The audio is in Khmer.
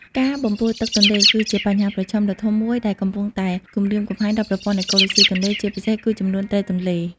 ការបំពុលទឹកទន្លេគឺជាបញ្ហាប្រឈមដ៏ធំមួយដែលកំពុងតែគំរាមកំហែងដល់ប្រព័ន្ធអេកូឡូស៊ីទន្លេ ជាពិសេសគឺចំនួនត្រីទន្លេ។